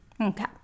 Okay